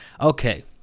Okay